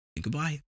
goodbye